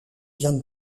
vient